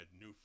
new